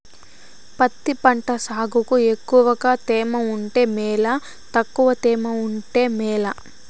పత్తి పంట సాగుకు ఎక్కువగా తేమ ఉంటే మేలా తక్కువ తేమ ఉంటే మేలా?